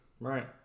right